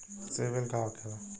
सीबील का होखेला?